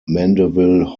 mandeville